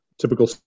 Typical